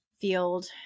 field